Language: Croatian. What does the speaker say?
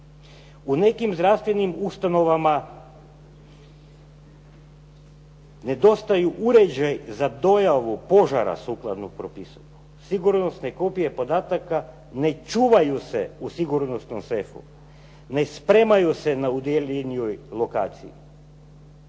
U nekim zdravstvenim ustanovama nedostaju uređaj za dojavu požara sukladno propisima, sigurnosne kopije podataka ne čuvaju se u sigurnosnom sefu, ne spremaju se na …/Govornik